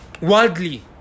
worldly